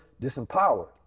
disempowered